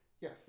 Yes